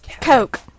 Coke